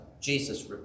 Jesus